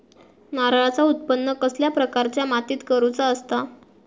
नारळाचा उत्त्पन कसल्या प्रकारच्या मातीत करूचा असता?